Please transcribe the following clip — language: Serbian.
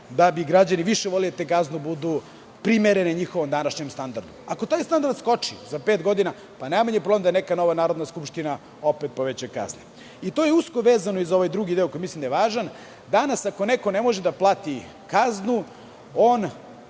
da bi građani više voleli da te kazne budu primerene njihovom današnjem standardu. Ako taj standard skoči za pet godina, najmanji je problem da neka nova Narodna skupština opet poveća kazne. To je usko vezano i za ovaj drugi deo, koji mislim da je važan. Ako neko danas ne može da plati kaznu, on